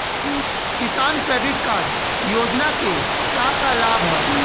किसान credit card योजना के का का लाभ ह?